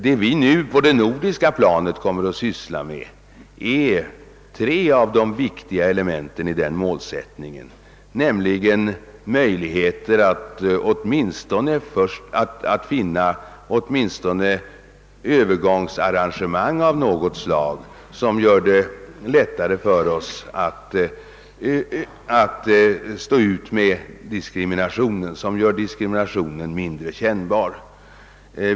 Vad vi på det nordiska planet nu kommer att syssla med är tre av de viktigaste elementen i den målsättningen, nämligen möjligheterna att finna åtminstone övergångsarrangemang av något slag som kan göra diskriminationen mindre kännbar.